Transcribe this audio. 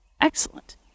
Excellent